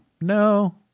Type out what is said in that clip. No